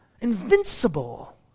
invincible